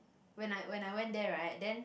when I when I went there right then